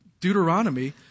Deuteronomy